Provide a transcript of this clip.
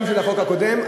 גם של החוק הקודם.